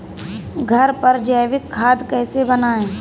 घर पर जैविक खाद कैसे बनाएँ?